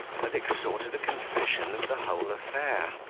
as extorted a confession of the whole affair.